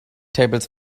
tables